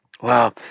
Wow